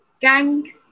gang